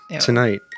tonight